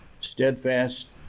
steadfast